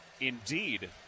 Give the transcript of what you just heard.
indeed